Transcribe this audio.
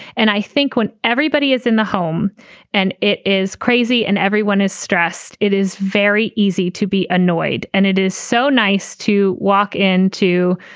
and i think when everybody is in the home and it is crazy and everyone is stressed, it is very easy to be annoyed. and it is so nice to walk in to,